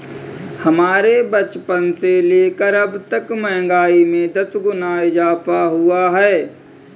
हमारे बचपन से लेकर अबतक महंगाई में दस गुना इजाफा हुआ है